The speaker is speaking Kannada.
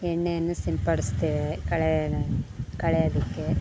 ಎಣ್ಣೆಯನ್ನು ಸಿಂಪಡಿಸ್ತೇವೆ ಕಳೆನ ಕಳೆಯೋದಿಕ್ಕೆ